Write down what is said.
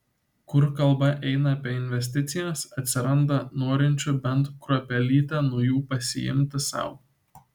kur kalba eina apie investicijas atsiranda norinčių bent kruopelytę nuo jų pasiimti sau